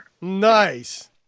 Nice